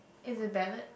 is a ballad